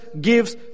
gives